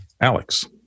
Alex